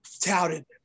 touted